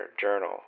journal